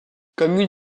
commune